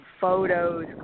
photos